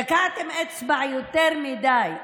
תקעתם אצבע יותר מדי.